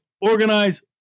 organize